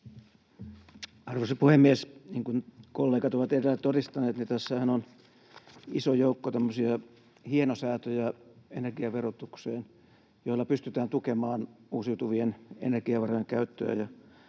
Arvoisa puhemies! Niin kuin kollegat ovat edellä todistaneet, tässähän on energiaverotukseen iso joukko tämmöisiä hienosäätöjä, joilla pystytään tukemaan uusiutuvien energiavarojen käyttöä